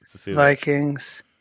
Vikings